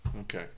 Okay